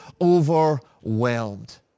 overwhelmed